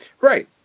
Right